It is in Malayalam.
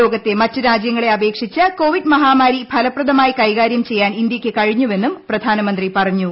ലോകത്തെ മറ്റ് രാജ്യങ്ങളെ അപേക്ഷിച്ച് കോവിഡ് മഹാമാരി ഫലപ്രദമായി കൈകാര്യം ചെയ്യാൻ ഇന്ത്യൂയ്ക്ക് കഴിഞ്ഞുവെന്നും പ്രധാ നമന്ത്രി പറഞ്ഞു